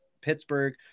Pittsburgh